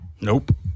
Nope